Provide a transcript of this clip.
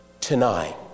Tonight